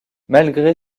malgré